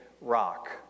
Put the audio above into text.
rock